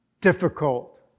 Difficult